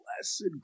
blessed